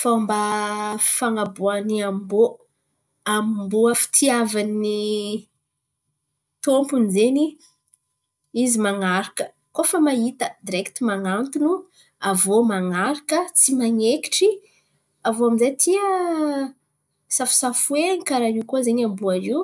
Fômba fan̈amboan̈y amboa fitiavan̈y tômpon̈y zen̈y izy man̈araka koa fa mahita direkty man̈antono. Aviô man̈araka tsy man̈ekitry aviô amin'jay tià safosafoen̈y karà io koa amboa io.